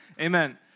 Amen